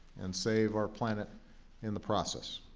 and save our planet in the process.